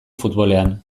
futbolean